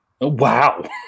Wow